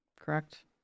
correct